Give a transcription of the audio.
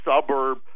suburb